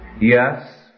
Yes